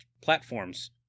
platforms